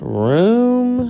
room